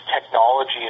technology